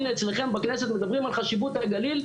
הנה אצלכם בכנסת מדברים על חשיבות הגליל,